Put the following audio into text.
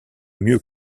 mieux